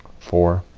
four,